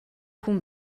хүн